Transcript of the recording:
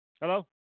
Hello